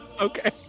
Okay